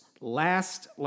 last